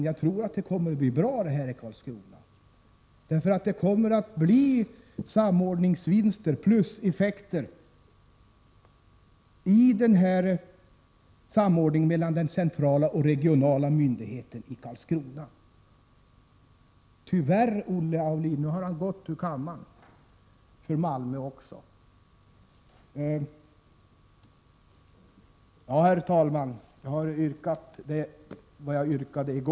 Jag vill säga till ledamöterna på Blekingebänken att jag tror att det blir bra i Karlskrona. Samordningen mellan den centrala och den regionala myndigheten i Karlskrona kommer att medföra samordningsvinster och pluseffekter. Olle Aulin har lämnat kammaren, men jag vill säga att Malmö tyvärr inte heller kan komma i fråga.